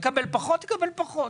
אם יקבל פחות, יקבל פחות.